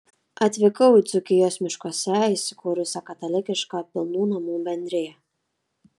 atvykau į dzūkijos miškuose įsikūrusią katalikišką pilnų namų bendriją